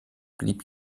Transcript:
blieb